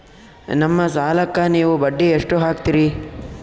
ನಮ್ಮ ಸಾಲಕ್ಕ ನೀವು ಬಡ್ಡಿ ಎಷ್ಟು ಹಾಕ್ತಿರಿ?